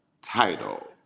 title